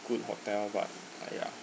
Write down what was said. good hotel but uh ya